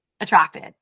Attracted